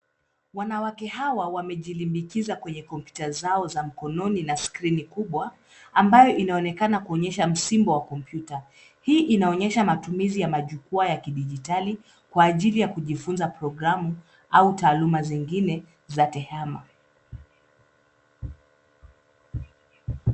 Wanawake hawa wamejilimbikiza kwenye kompyuta zao za mkononi na skrini kubwa ambayo inaonekana kuonyesha msimbo wa kompyuta. Hii inaonyesha matumizi ya majukwaa ya kidijitali, kwa ajili ya kujifunza programu au taaluma zingine za tehama.